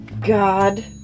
God